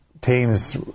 teams